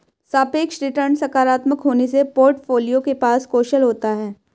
सापेक्ष रिटर्न सकारात्मक होने से पोर्टफोलियो के पास कौशल होता है